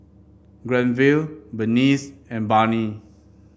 Granville Berneice and Barney